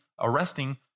arresting